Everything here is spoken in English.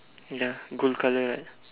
ya gold colour right